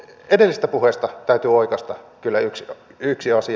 edellisestä puheesta täytyy oikaista kyllä yksi asia